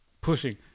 pushing